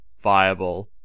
viable